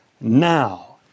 now